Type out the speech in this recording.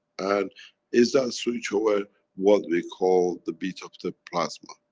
and is that switch over what we call the beat of the plasma?